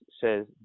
says